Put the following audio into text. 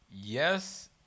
Yes